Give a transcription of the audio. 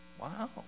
Wow